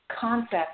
concept